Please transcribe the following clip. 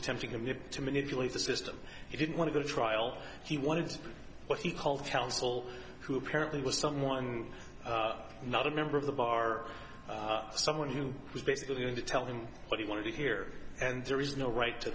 attempting to manipulate the system he didn't want to go to trial he wanted what he called counsel who apparently was someone not a member of the bar someone who was basically going to tell him what he wanted to hear and there is no right to